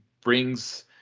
brings